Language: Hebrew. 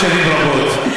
בעוד שנים רבות.